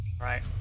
Right